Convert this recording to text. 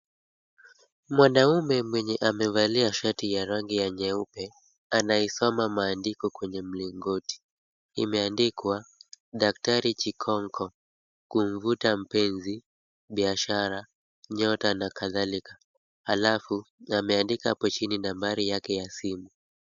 Mwanaume mwenye amevalia shati ya rangi ya nyeupe, anaisoma maandiko kwenye mlingoti. Imeandikwa daktari Chikonko, kumvuta mpenzi, biashara, nyota na kadhalika, alafu ameandika hapo chini nambari yake ya simu.